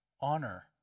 Honor